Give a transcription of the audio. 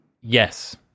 Yes